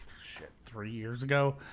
shit, three years ago.